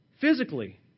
physically